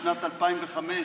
בשנת 2005,